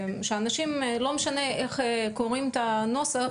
שלא משנה איך אנשים קוראים את הנוסח,